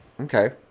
Okay